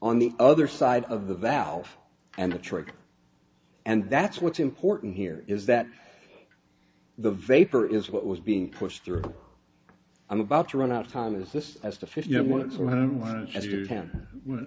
on the other side of the valve and the trick and that's what's important here is that the vapor is what was being pushed through i'm about to run out of time as this has to fi